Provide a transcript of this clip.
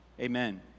Amen